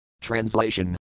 Translation